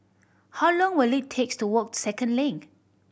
how long will it takes to walk Second Link